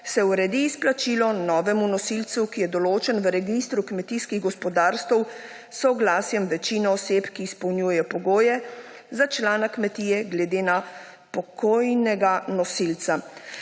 se uredi izplačilo novemu nosilcu, ki je določen v registru kmetijskih gospodarstev s soglasjem večine oseb, ki izpolnjujejo pogoje za člana kmetije glede na pokojnega nosilca.